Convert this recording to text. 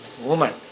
woman